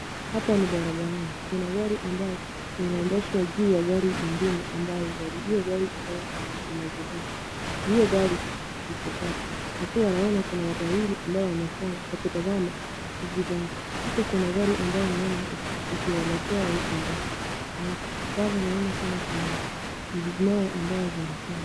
Hapa ni bara'barani kuna gari ambayo inaendeshwa juu ya gari ingine ambayo gari hio gari imejibeba juu ya hio gari ziko tatu na pia naona kuna watu wawili ambao wamekuwa wakitazama hizi gari hapa kuna gari naona ikielekea east and west na pale naona kuna vijid laya ambayo vimefungwa.